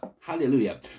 Hallelujah